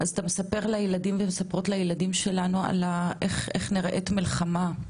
אז אתה מספר לילדים שלנו איך נראית מלחמה.